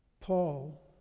Paul